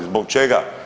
Zbog čega?